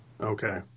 Okay